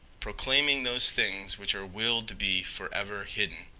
proclaiming those things which are willed to be forever hidden.